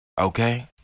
Okay